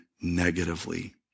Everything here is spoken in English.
negatively